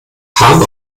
haben